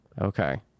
Okay